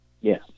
Yes